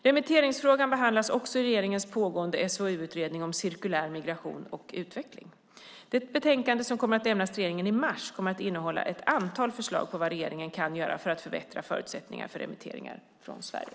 Remitteringsfrågan behandlas också i regeringens pågående SOU-utredning om cirkulär migration och utveckling. Det betänkande som kommer att lämnas till regeringen i mars kommer att innehålla ett antal förslag på vad regeringen kan göra för att förbättra förutsättningarna för remitteringar från Sverige.